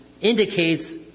indicates